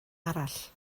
arall